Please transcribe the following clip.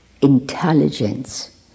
intelligence